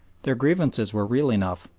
their grievances were real enough,